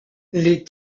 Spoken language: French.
les